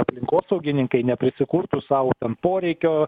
aplinkosaugininkai neprisikurtų sau ten poreikio